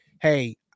Hey